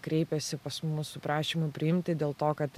kreipėsi pas mus su prašymu priimti dėl to kad